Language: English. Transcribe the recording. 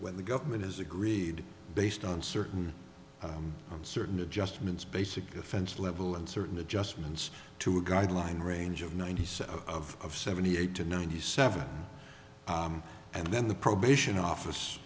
when the government has agreed based on certain certain adjustments basic offense level and certain adjustments to a guideline range of nine he said of seventy eight to ninety seven and then the probation office